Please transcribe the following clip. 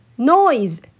Noise